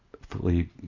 fully